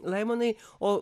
laimonai o